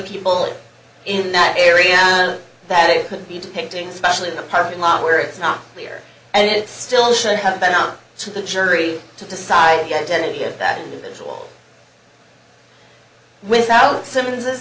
people in that area that it could be depicting especially in the parking lot where it's not clear and it still should have been up to the jury to decide identity of that individual without simmons